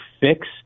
fix